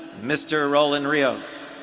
mr. roland rios.